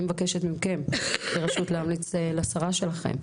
אני מבקשת מכם רשות להגיש לשרה שלכם.